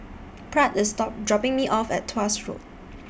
Pratt IS dropping Me off At Tuas Road